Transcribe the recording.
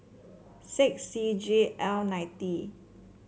six C G L nine D